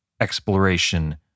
exploration